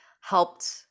helped